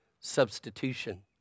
substitution